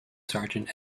sergeant